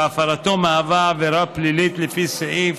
שהפרתו מהווה עבירה פלילית לפי סעיף